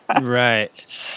right